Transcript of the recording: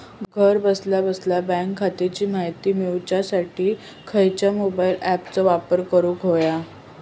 घरा बसल्या बसल्या बँक खात्याची माहिती मिळाच्यासाठी खायच्या मोबाईल ॲपाचो वापर करूक होयो?